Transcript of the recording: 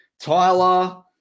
Tyler